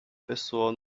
pessoa